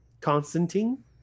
Constantine